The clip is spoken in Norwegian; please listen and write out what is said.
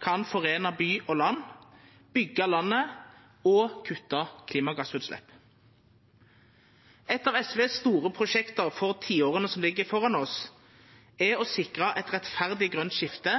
kan foreina by og land, byggja landet og kutta klimagassutslepp. Eit av SVs store prosjekt for tiåra som ligg føre oss, er å sikra eit rettferdig grønt skifte